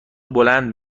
بلند